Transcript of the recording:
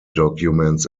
documents